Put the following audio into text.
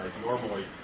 normally